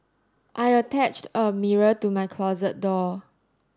I attached a mirror to my closet door